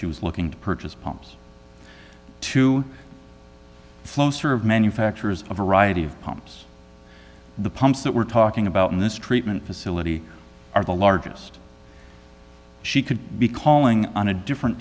she was looking to purchase pumps to slow serve manufacturers a variety of pumps the pumps that we're talking about in this treatment facility are the largest she could be calling on a different